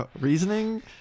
Reasoning